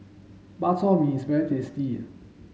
Bak Chor Mee is very tasty